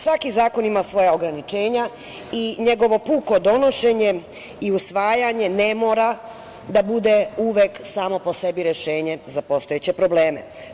Svaki zakon ima svoja ograničenja i njegovo puko donošenje i usvajanje ne mora da bude uvek samo po sebi rešenje za postojeće probleme.